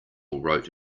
wrote